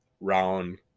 round